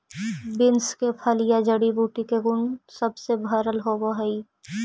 beans के फलियां जड़ी बूटी के गुण सब से भरल होब हई